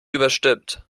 überstimmt